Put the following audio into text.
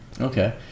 Okay